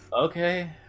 okay